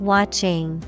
Watching